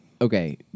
okay